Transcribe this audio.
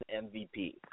MVP